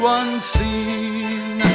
unseen